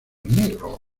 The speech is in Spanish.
negro